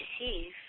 receive